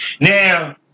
Now